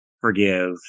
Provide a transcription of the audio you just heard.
forgive